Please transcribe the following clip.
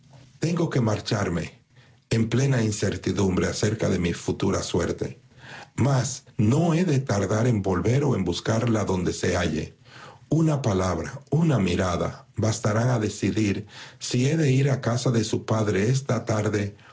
tengo que marcharme en plena incertidumbre acerca de mi suerte futura mas no he de tardar en volver o en buscarla donde se halle una palabra una mirada bastarán a decidir si he de ir a casa de su padre esta tarde